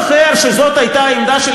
כי אני לא זוכר שזאת הייתה העמדה של